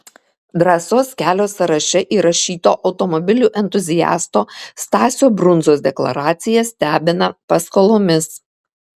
drąsos kelio sąraše įrašyto automobilių entuziasto stasio brundzos deklaracija stebina paskolomis